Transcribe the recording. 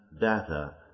data